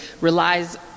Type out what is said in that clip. relies